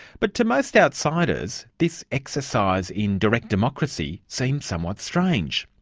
but to most outsiders this exercise in direct democracy seems somewhat strange.